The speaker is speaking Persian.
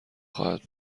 خواهد